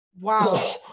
Wow